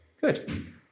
Good